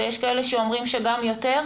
ויש כאלה שאומרים שגם יותר.